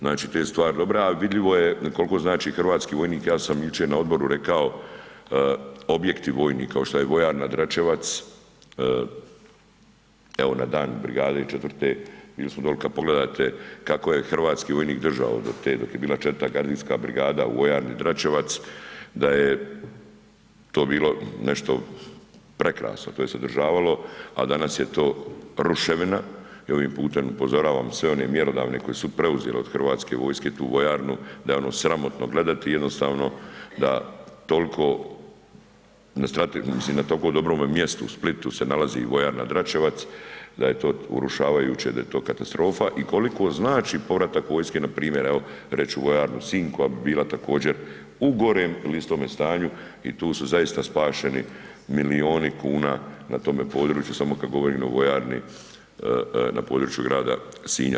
Znači, te stvari dobre, a vidljivo je koliko znači hrvatski vojnik ja sam jučer na odboru rekao, objekti vojni kao što je vojarna Dračevac evo na dan brigade 4. bili smo doli kad pogledate kako je hrvatski vojnih držao do te dok je bila 4. gardijska brigada u vojarni Dračevac da je to bilo nešto prekrasno, to je se održavalo, a danas je to ruševina i ovim putem upozoravam sve one mjerodavne koji su preuzeli od Hrvatske vojske tu vojarnu da je ono sramotno gledati jednostavno da tolko, mislim na tolko dobrome mjestu u Splitu se nalazi vojarna Dračevac, da je to urušavajuće, da je to katastrofa i koliko znači povratak vojske npr. evo reć ću u vojarnu Sinj koja bi bila također u gorem il istome stanju al tu su zaista spašeni milioni kuna na tome području samo kad govorimo o vojarni na području grada Sinja.